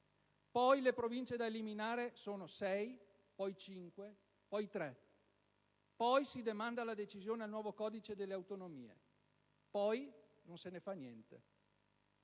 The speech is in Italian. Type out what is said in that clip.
poi le Province da eliminare sono sei, poi cinque, poi tre; poi si demanda la decisione al nuovo codice delle autonomie; poi non se ne fa niente.